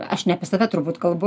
aš ne apie save turbūt kalbu